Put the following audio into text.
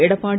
Edappadi